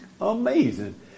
Amazing